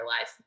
life